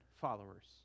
followers